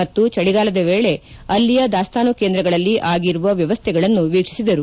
ಮತ್ತು ಚಳಿಗಾಲದ ವೇಳೆ ಅಲ್ಲಿಯ ದಾಸ್ತಾನು ಕೇಂದ್ರಗಳಲ್ಲಿ ಆಗಿರುವ ವ್ಯವಸ್ಥೆಗಳನ್ನು ವೀಕ್ಷಿಸಿದರು